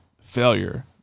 failure